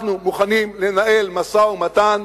אנחנו מוכנים לנהל משא-ומתן